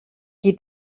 qui